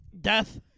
Death